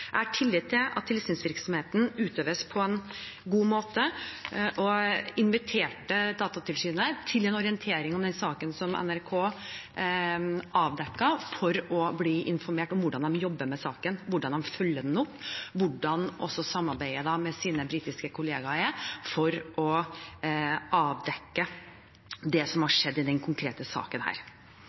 Jeg har tillit til at tilsynsvirksomheten utøves på en god måte. Jeg inviterte Datatilsynet til en orientering om den saken som NRK avdekket, for å bli informert om hvordan de jobber med saken, hvordan de følger den opp og hvordan de samarbeider med sine britiske kollegaer for å avdekke det som har skjedd i denne konkrete saken.